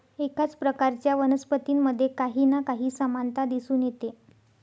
एकाच प्रकारच्या वनस्पतींमध्ये काही ना काही समानता दिसून येते